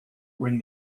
ring